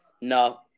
No